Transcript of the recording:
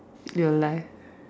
in your life